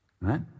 right